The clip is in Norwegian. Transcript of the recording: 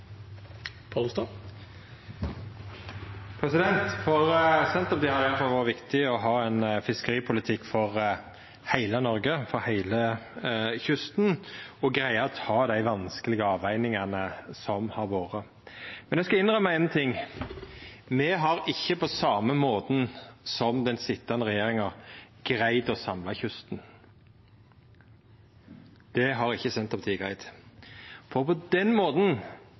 For Senterpartiet har det iallfall vore viktig å ha ein fiskeripolitikk for heile Noreg, for heile kysten, og greia å ta dei vanskelege avvegingane som har vore. Men eg skal innrømma éin ting: Me har ikkje på same måten som den sitjande regjeringa greidd å samla kysten. Det har ikkje Senterpartiet greidd. Den måten